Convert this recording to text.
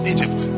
Egypt